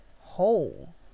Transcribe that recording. whole